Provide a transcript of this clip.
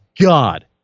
God